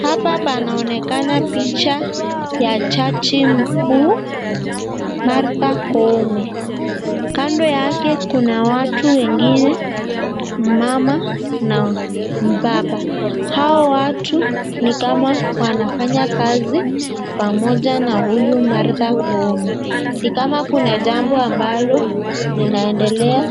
Hapa panaoneka picha ya jaji mkuu Martha Koome. Kando yake kuna watu wengine mama na mbaba hao watu ni kama wanafanya kazi pamoja na huyu Martha Koome ni kama kuna jambo ambalo linaendelea